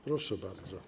Proszę bardzo.